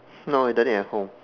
no I done it at home